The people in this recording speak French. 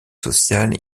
sociale